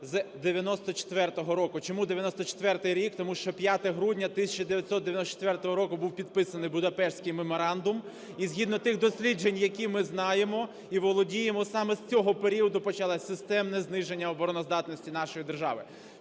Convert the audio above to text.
з 94-го року. Чому 94-й рік? Тому що 5 грудня 1994 року був підписаний Будапештський меморандум. І згідно тих досліджень, які ми знаємо і володіємо, саме з цього періоду почалось системне зниження обороноздатності нашої держави.